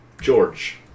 George